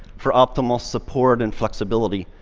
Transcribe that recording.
for optimal support and flexibility,